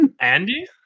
Andy